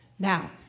Now